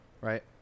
right